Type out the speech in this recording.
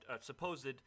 supposed